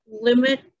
limit